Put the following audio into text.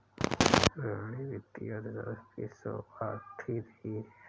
रोहिणी वित्तीय अर्थशास्त्र की शोधार्थी है